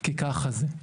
כי ככה זה.